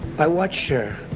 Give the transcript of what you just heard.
i watched her.